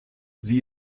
sie